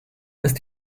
ist